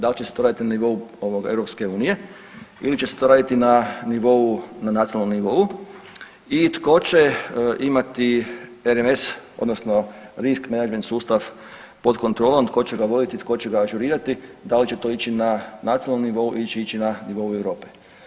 Da li će se to raditi na nivou EU ili će se to raditi na nacionalnom nivou i tko će imati RMS odnosno Risk managament sustav pod kontrolom, tko će ga voditi, tko će ga ažurirati, da li će to ići na nacionalnom nivou ili će ići na nivou Europe?